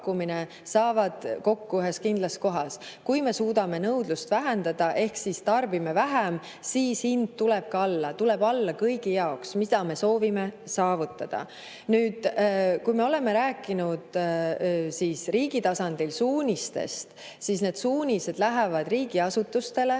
saavad kokku ühes kindlas kohas. Kui me suudame nõudlust vähendada ehk tarbime vähem, siis hind tuleb alla. Tuleb alla kõigi jaoks, mida me soovimegi saavutada. Kui me oleme rääkinud riigi tasandil suunistest, siis need suunised, kuidas hoida elektrit